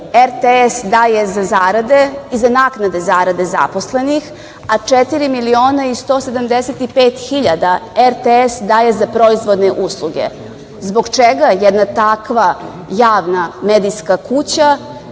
RTS daje za zarade i za naknade zarade zaposlenih, a 4.175.000 RTS daje za proizvodne usluge. Zbog čega jedna takva javna medijska kuća